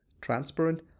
transparent